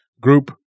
group